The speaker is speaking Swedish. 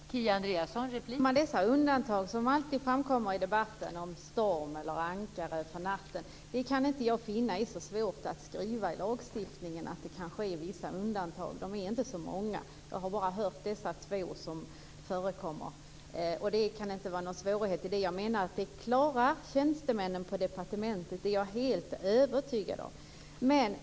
Fru talman! Att det finns vissa undantag, som alltid framkommer i debatten, om storm eller att ankra för natten, är inte så svårt att skriva in i lagstiftningen. Det är inte så många undantag; jag har bara hört att det är dessa två som förekommer. Jag är helt övertygad om att tjänstemännen på departementet klarar detta utan några svårigheter.